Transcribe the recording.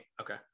Okay